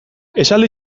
esaldi